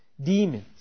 demons